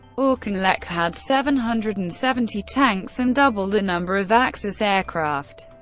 auchinleck had seven hundred and seventy tanks and double the number of axis aircraft.